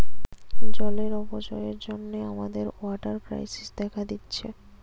জলের অপচয়ের জন্যে আমাদের ওয়াটার ক্রাইসিস দেখা দিচ্ছে